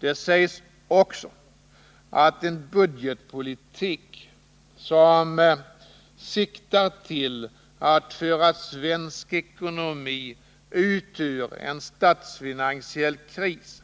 I reservationen sägs också att en budgetpolitik som syftar till att föra svensk ekonomi ut ur en statsfinansiell kris